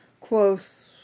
Close